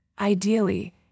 Ideally